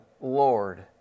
Lord